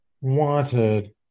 wanted